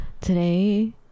today